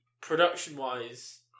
production-wise